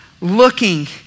looking